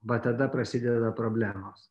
va tada prasideda problemos